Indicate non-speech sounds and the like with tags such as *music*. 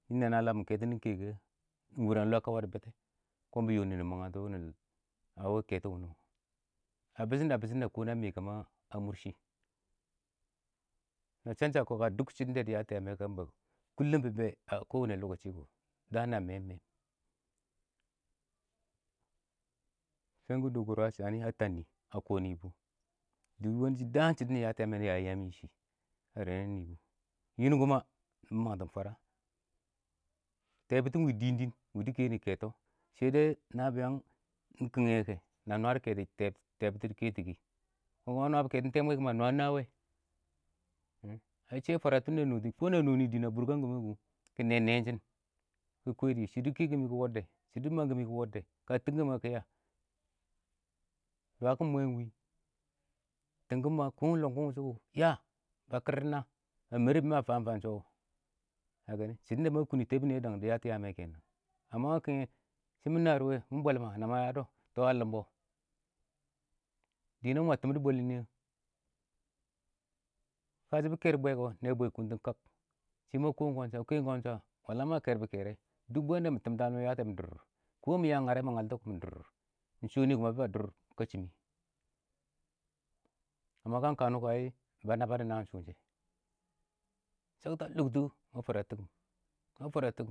﻿Nɪn nana na lamɪn kɛtɔ nɪ kɛkɛ wɪ, ɪng wʊrɛn lɔ kɔ bɪ yɔ nɪ dɪ mangnatɔ a wɪ kɛtɔ. a bɪshɪn a bɪshɪn ma ma kɔ na mɪkɛn a mʊr shɪ, ma sham sham kaka dʊk shɪdɔn da dɪ yatɔ yam kɛ, kʊlʊm kɪ bɛ a kɔ wannɛ lokaci daan na mɛɛn mɛ, fankʊwɪ dɔgɔn rʊwa shanɪ a tannɪ a kɔ nɪ bʊ, daan shɔdɔ nɪ yatɔ yam mɛ, nɪ ya yam yɛ shɪ, a rɛna nɪ bʊ, yɪn kuma nɪ mangtɪn fwara, tɛɛbʊtɔ ɪng dɪɪn dɪɪn shɪdɪ kɛnɪ kɛtɔ, shɛ dɛ nabɪyang kɪngɛ kɛ shɪ na nwadɔ kɛtɔ, kɔn kama nwadɔ kɛtɔn tɛmwɛ kɔ ma nwaa ɪng na wɛ, aɪ shɛ fwara tʊnda a nɔtɪn, kɔ na a nɔ ɪng wɛ a bʊrkang kɪmɛ kʊ, kɪ nɛ meɛn shɪn,kɪ kwɛdɪ, shɪdɔ bɪ kɛkɪm dɪ kʊ kɪ wɔddɛ, ka tɪmkɪm ma, kɪ ya, dwakɪn mwɛ ɪng wɪ, tɪmkɪma, kɔ ɪng lɔngkɪn wʊshʊ kɔ ya ba kɪrdɔ na, ma mɛrɪ bɛ ma fafam shɔ wɔ, *unintelligible* ɪng shɔdɔn ma kʊntɪ tɛbʊn nɪyɛ dɪ yatɔ yam a mʊrshɪ kɛnang. amma kɪngnɛ shɪ mɪ naar ɪng wɛ, mɪ bwɛl mɛ a? tɔ a lɪmbɔ, dɪ nɛng ma tɪmdɔ bwɛlɪn nii a? kashɪm bɪ kɛɛr bwɛ kɔ, nɛ bwɛ kʊntɪn kak, shɪ ma kɔ ɪng ka shɔ, ma kɛɛr bʊ kɛrɛ, dʊk bɛ ɪng da mɪ tɪmtɔ kɛ mɪ dʊrdʊr, kɔ mɪ ya ngarɛ mɪ ngaltɔ kɔ mɪ dʊrdʊr, ɪng shɔ nɪ kʊma bɛba dur katshɪm mɪ, amma kang ka nɔ kɔ ba naba dɔ naan shʊ nɛ, shakta lʊktʊ, ma fwaratɪkɪm ma fwaratɪkɪm.